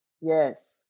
Yes